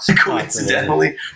Coincidentally